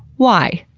why?